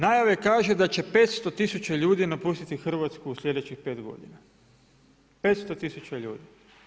Najave kažu da će 500 tisuća ljudi napustiti Hrvatsku u sljedećih 5 godina, 500 tisuća ljudi.